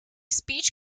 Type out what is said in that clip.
speech